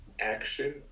action